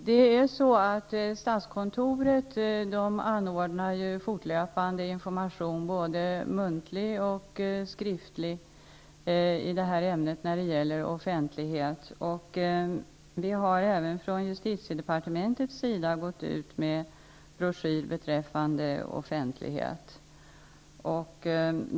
Herr talman! Statskontoret ger fortlöpande både muntlig och skriftlig information till myndigheterna i det här ämnet när det gäller offentligheten. Även vi på justitiedepartementet har gått ut med en broschyr beträffande offentligheten.